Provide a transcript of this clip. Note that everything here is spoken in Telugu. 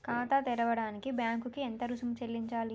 ఖాతా తెరవడానికి బ్యాంక్ కి ఎంత రుసుము చెల్లించాలి?